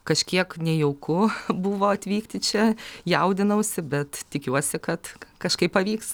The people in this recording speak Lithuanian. kažkiek nejauku buvo atvykti čia jaudinausi bet tikiuosi kad kažkaip pavyks